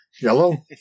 Yellow